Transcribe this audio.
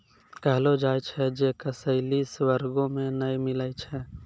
कहलो जाय छै जे कसैली स्वर्गो मे नै मिलै छै